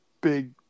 big